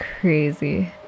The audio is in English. crazy